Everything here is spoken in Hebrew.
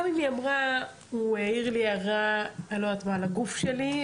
גם אם היא אמרה: הוא העיר לי הערה על הגוף שלי,